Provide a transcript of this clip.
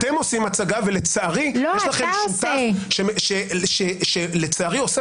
אתם עושים הצגה ולצערי יש לכם שותף שלצערי עושה